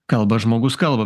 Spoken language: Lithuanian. kalba žmogus kalba